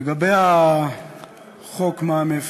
לגבי חוק מע"מ אפס,